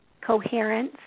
coherence